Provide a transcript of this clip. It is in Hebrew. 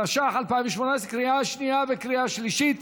התשע"ח 2018, לקריאה שנייה וקריאה שלישית.